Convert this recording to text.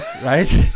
Right